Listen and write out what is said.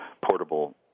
portable